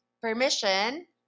permission